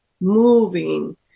moving